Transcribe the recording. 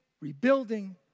rebuilding